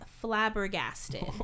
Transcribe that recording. flabbergasted